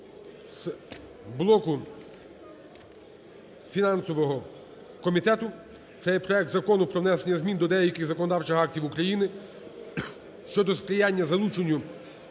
з блоку фінансового комітету – це є проект Закону про внесення змін до деяких законодавчих актів України щодо сприяння залученню